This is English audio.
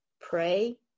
pray